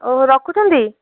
ଓ ରଖୁଛନ୍ତି